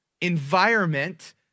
environment